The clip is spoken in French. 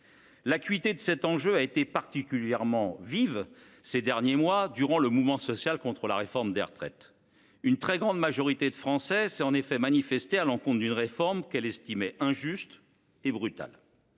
L’acuité de cet enjeu s’est révélée particulièrement vive ces derniers mois, durant le mouvement social contre la réforme des retraites. Une très grande majorité de Français ont en effet manifesté contre une réforme qu’ils estimaient injuste et brutale.